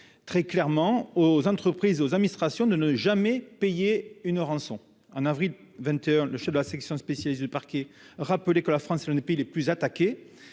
recommandé aux entreprises et aux administrations de ne jamais payer de rançon. En avril 2021, la cheffe de la section spécialisée du Parquet de Paris rappelait que la France était l'un des pays les plus attaqués.